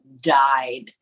died